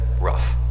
Rough